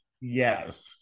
yes